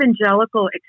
evangelical